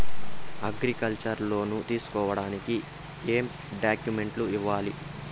Agriculture loan తీసుకోడానికి ఏం డాక్యుమెంట్లు ఇయ్యాలి?